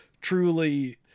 truly